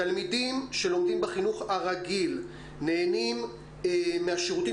התלמידים שלומדים בחינוך הרגיל נהנים מהשירותים